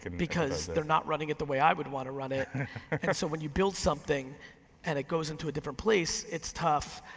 because they're not running it the way i would wanna run it. and so when you build something and it goes into a different place, it's tough.